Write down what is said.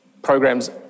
programs